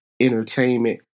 entertainment